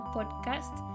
Podcast